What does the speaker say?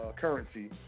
currency